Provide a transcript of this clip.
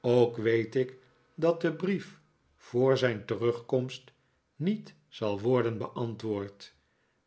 ook weet ik dat de brief voor zijn terugkomst niet zal worden beantwoord